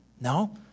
No